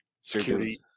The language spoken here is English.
Security